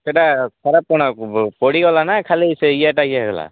ସେଇଟା ଖରାପ କ'ଣ ପୋଡ଼ିଗଲା ନାଁ ସେ ଖାଲି ଇଏଟା ଇଏ ହେଲା